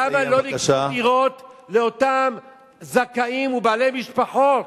למה לא נקנו דירות לאותם זכאים ובעלי משפחות?